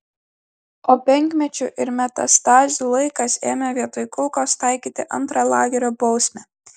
o penkmečių ir metastazių laikais ėmė vietoj kulkos taikyti antrą lagerio bausmę